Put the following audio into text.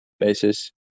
Basis